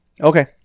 Okay